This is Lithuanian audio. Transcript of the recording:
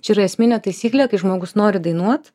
čia yra esminė taisyklė kai žmogus nori dainuot